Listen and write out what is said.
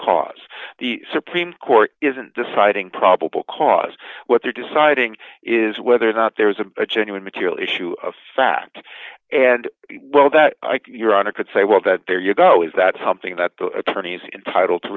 cause the supreme court isn't deciding probable cause what they're deciding is whether or not there is a genuine material issue of fact and well that your honor could say well that there you go is that something that the attorneys entitle to